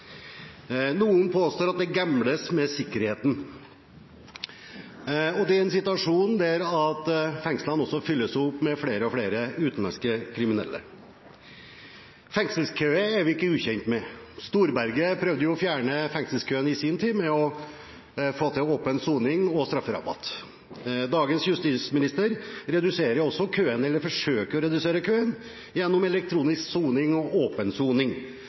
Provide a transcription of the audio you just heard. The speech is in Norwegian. Noen påstår at det gambles med sikkerheten. Situasjonen er at fengslene også fylles opp med flere og flere utenlandske kriminelle. Fengselskøer er vi ikke ukjent med. Storberget prøvde jo i sin tid å fjerne fengselskøene ved å få til åpen soning og strafferabatt. Dagens justisminister reduserer også køene, eller forsøker å redusere køene, gjennom elektronisk soning og